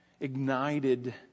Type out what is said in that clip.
ignited